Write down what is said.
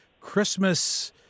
Christmas